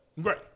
Right